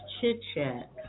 chit-chat